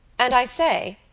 and i say,